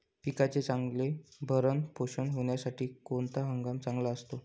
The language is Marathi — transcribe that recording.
पिकाचे चांगले भरण पोषण होण्यासाठी कोणता हंगाम चांगला असतो?